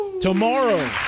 Tomorrow